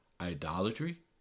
idolatry